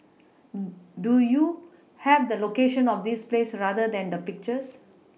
do you have the location of this place or rather the pictures